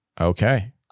Okay